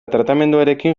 tratamenduarekin